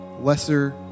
lesser